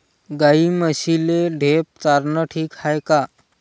गाई म्हशीले ढेप चारनं ठीक हाये का?